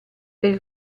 per